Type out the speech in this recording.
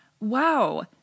wow